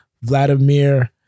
Vladimir